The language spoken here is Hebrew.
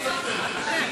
א-רחים.